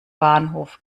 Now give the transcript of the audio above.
bahnhof